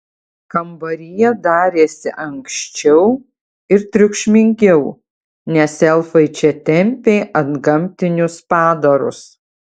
kambaryje darėsi ankščiau ir triukšmingiau nes elfai čia tempė antgamtinius padarus